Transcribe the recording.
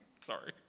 Sorry